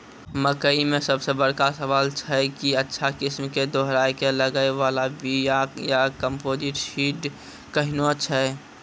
मकई मे सबसे बड़का सवाल छैय कि अच्छा किस्म के दोहराय के लागे वाला बिया या कम्पोजिट सीड कैहनो छैय?